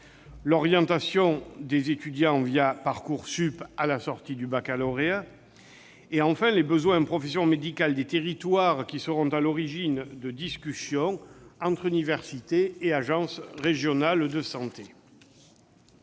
l'orientation des étudiants Parcoursup à la sortie du baccalauréat ; enfin, les besoins en professions médicales des territoires qui seront à l'origine de discussions entre universités et agences régionales de santé,